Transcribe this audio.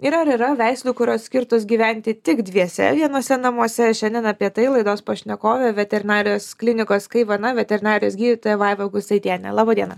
ir ar yra veislių kurios skirtos gyventi tik dviese vienuose namuose šiandien apie tai laidos pašnekovė veterinarijos klinikos kaivana veterinarijos gydytoja vaiva gustaitienė laba diena